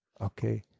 Okay